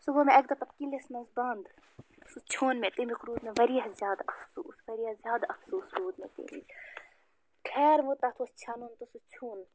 سُہ گوٚو مےٚ اَکہِ دۄہ پَتہٕ کِلِس منٛز بنٛد سُہ ژھیوٚن مےٚ تَمیُک روٗد مےٚ واریاہ زیادٕ افسوٗس واریاہ زیادٕ اَفسوٗس روٗد مےٚ تَمیُک خیر وۅنۍ تَتھ اوس ژھٮ۪نُن تہٕ سُہ ژھیوٚن